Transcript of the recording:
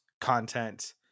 content